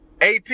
AP